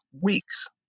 weeks